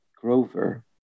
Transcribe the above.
Grover